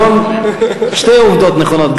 שתי עובדות נכונות,